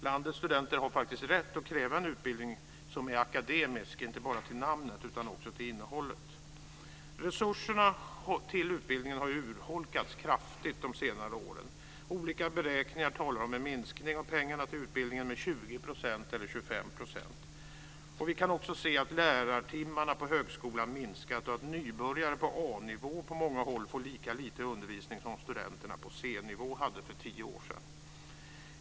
Landets studenter har faktiskt rätt att kräva en utbildning som är akademisk inte bara till namnet utan också till innehållet. Resurserna till utbildningen har urholkats kraftigt de senare åren. Olika beräkningar talar om en minskning av pengarna till utbildningen med 20 % eller 25 %. Vi kan också se att lärartimmarna på högskolan har minskat och att nybörjare på A-nivå på många håll får lika lite undervisning som studenterna på C nivå hade för tio år sedan.